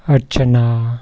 Archana